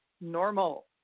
normal